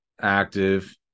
active